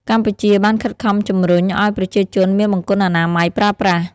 កម្ពុជាបានខិតខំជំរុញឱ្យប្រជាជនមានបង្គន់អនាម័យប្រើប្រាស់។